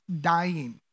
dying